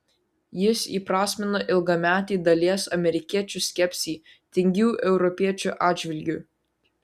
jis įprasmino ilgametį dalies amerikiečių skepsį tingių europiečių atžvilgiu